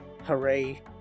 Hooray